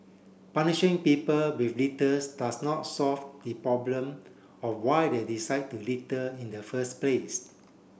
punishing people does not solve the problem of why they decide to litter in the first place